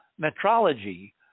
metrology